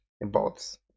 bots